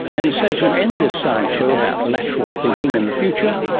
and so to end this science show about lateral thinking and the future,